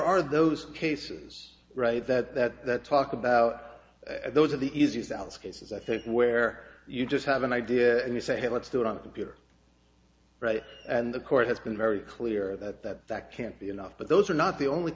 are those cases right that talk about those are the easiest alice cases i think where you just have an idea and you say let's do it on a computer right and the court has been very clear that that can't be enough but those are not the only